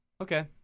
Okay